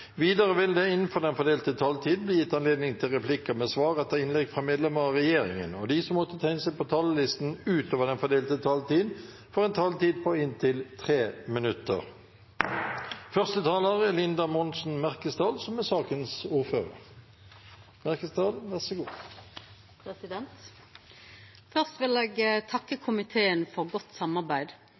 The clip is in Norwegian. Videre vil det – innenfor den fordelte taletid – bli gitt anledning til replikker med svar etter innlegg fra medlemmer av regjeringen, og de som måtte tegne seg på talerlisten utover den fordelte taletid, får en taletid på inntil 3 minutter. Først vil eg takka komiteen for godt samarbeid.